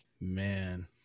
Man